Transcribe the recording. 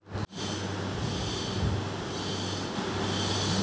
मैं अपनी एफ.डी को बंद करना चाहता हूँ